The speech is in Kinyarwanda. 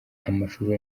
amashusho